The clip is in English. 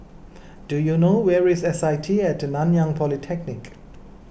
do you know where is S I T at Nanyang Polytechnic